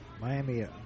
Miami